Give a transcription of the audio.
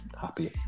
happy